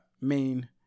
main